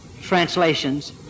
translations